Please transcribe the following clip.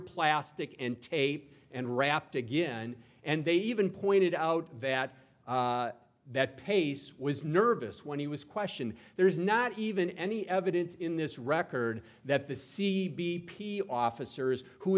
plastic and tape and rapped again and they even pointed out that that pace was nervous when he was questioned there is not even any evidence in this record that the c b p officers who